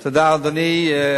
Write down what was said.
תודה, אדוני.